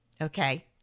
Okay